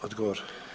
Odgovor.